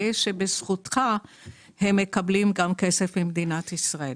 שבזכותך הם מקבלים גם כסף ממדינת ישראל.